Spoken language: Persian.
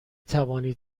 توانید